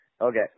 Okay